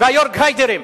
וה"יורג היידרים".